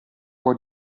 può